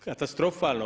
Katastrofalno.